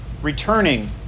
returning